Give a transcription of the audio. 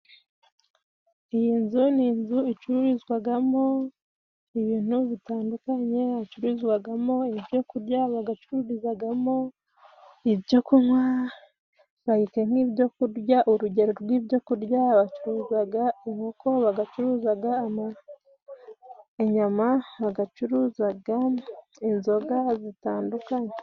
Iyi nzu ni inzu icururizwagamo ibintu bitandukanye hacurizwagamo ibyokurya bagacururizagamo ibyo kunywa rayike nk'ibyokurya urugero rw'ibyokurya: bacuruzaga inkoko ,bagacuruzaga ama inyama hagacuruzaga inzoga zitandukanye.